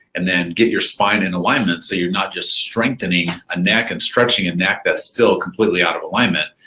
and then get your spine in alignment, so you're not just strengthening a neck and stretching a and neck that's still completely out of alignment,